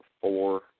four